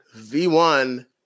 v1